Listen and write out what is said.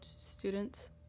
students